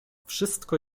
wszystko